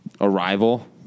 Arrival